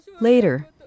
Later